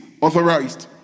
authorized